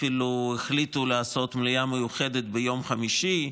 אפילו החליטו לעשות מליאה מיוחדת ביום חמישי,